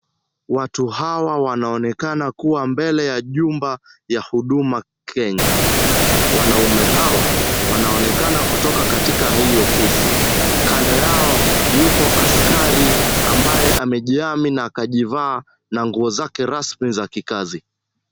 Watu hawa wanaonekana kuwa mbele ya jumba ya huduma Kenya. Wanaume hawa wanaonekana kutoka katika hii ofisi. Kando yao yuko askari, ambaye amejihami na akajivaa na nguo zake rasmi za kikazi.